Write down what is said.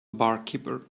barkeeper